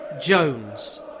Jones